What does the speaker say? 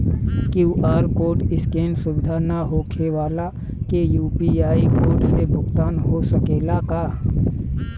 QR code scan सुविधा ना होखे वाला के यू.पी.आई कोड से भुगतान हो सकेला का?